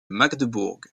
magdebourg